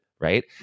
right